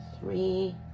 Three